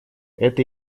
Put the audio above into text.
это